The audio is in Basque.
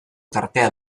tartea